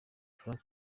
frank